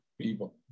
people